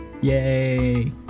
Yay